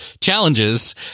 challenges